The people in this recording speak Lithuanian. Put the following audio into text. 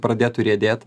pradėtų riedėt